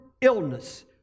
illness